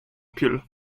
pill